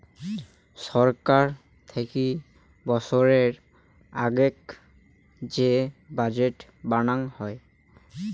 ছরকার থাকি বৎসরের আগেক যে বাজেট বানাং হই